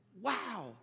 Wow